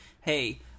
Hey